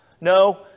no